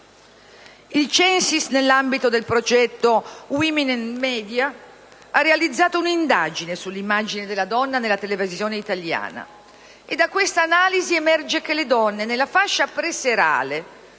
Il CENSIS, nell'ambito del progetto «Women and media in Europe», ha realizzato un'indagine sull'immagine della donna nella televisione italiana, e da questa analisi emerge che le donne, nella fascia preserale,